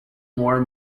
more